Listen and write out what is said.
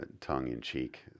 tongue-in-cheek